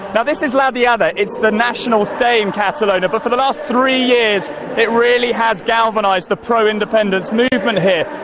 so this is la diada, it's the national day in catalonia, but for the last three years it really has galvanised the pro-independence movement here.